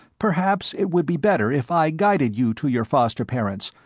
perhaps it would be better if i guided you to your foster-parents,